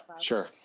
Sure